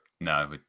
no